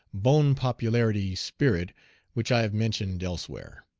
bone popularity spirit which i have mentioned elsewhere.